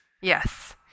Yes